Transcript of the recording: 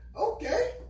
Okay